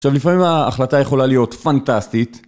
עכשיו לפעמים ההחלטה יכולה להיות פנטסטית